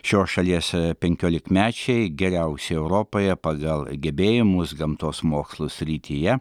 šios šalies penkiolikmečiai geriausi europoje pagal gebėjimus gamtos mokslų srityje